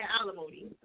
alimony